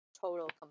total